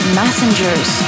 messengers